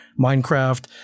Minecraft